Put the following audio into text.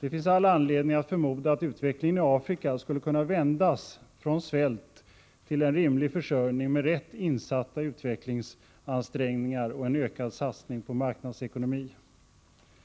Det finns all anledning att förmoda att utvecklingen i Afrika, med rätt insatta utvecklingsansträngningar och en ökad satsning på marknadsekonomi, skulle kunna vändas från svält till en rimlig försörjning.